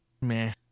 meh